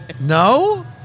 No